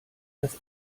das